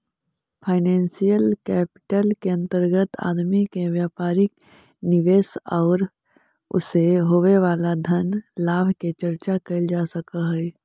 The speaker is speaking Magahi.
फाइनेंसियल कैपिटल के अंतर्गत आदमी के व्यापारिक निवेश औउर उसे होवे वाला धन लाभ के चर्चा कैल जा सकऽ हई